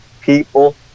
people